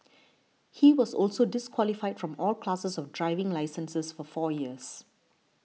he was also disqualified from all classes of driving licenses for four years